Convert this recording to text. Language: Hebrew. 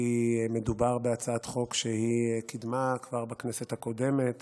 כי מדובר בהצעת חוק שהיא קידמה כבר בכנסת הקודמת